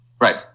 Right